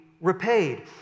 repaid